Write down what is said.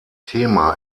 thema